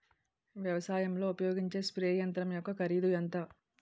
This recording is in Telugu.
వ్యవసాయం లో ఉపయోగించే స్ప్రే యంత్రం యెక్క కరిదు ఎంత?